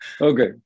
Okay